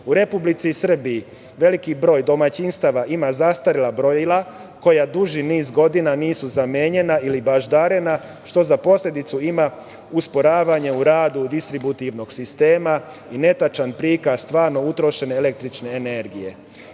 Republici Srbiji, veliki broj domaćinstava ima zastarela brojila, koja duži niz godina nisu zamenjena ili baždarena što za posledicu ima usporavanje u radu distributivnog sistema i netačan prikaz stvarno utrošene električne energije. Iz